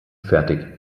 fertig